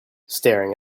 staring